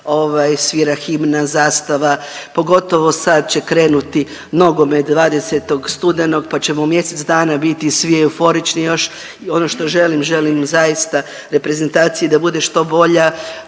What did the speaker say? svira himna, zastava, pogotovo sad će krenuti nogomet 20. studenog pa ćemo mjesec dana biti svi euforični još, ono što želim želim zaista reprezentaciji da bude što bolja,